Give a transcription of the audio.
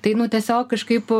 tai nu tiesiog kažkaip